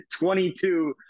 22